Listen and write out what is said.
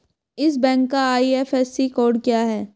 इस बैंक का IFSC code क्या है?